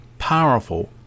powerful